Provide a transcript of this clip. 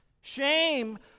Shame